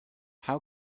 how